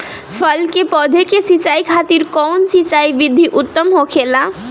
फल के पौधो के सिंचाई खातिर कउन सिंचाई विधि उत्तम होखेला?